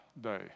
day